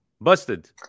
busted